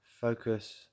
Focus